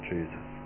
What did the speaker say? Jesus